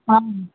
ஆ